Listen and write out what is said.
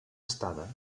estada